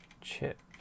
chip